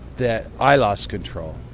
that i lost control,